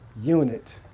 unit